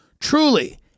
Truly